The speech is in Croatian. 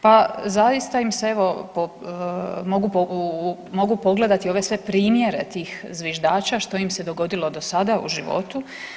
Pa zaista im se evo, mogu pogledati ove sve primjere tih zviždača što im se dogodilo do sada u životu.